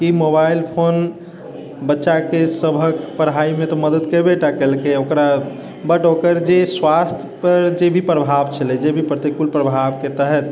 की mobile phone बच्चा के सभक पढ़ाइ मे तऽ मदद केबय टा केलकै ओकरा बट ओकर जे स्वास्थ्य पर जे भी प्रभाव छलै जे भी प्रतिकूल प्रभाव के तहत